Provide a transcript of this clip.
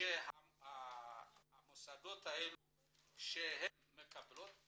שהמוסדות האלה שהם מקבלים,